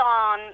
on